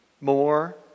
more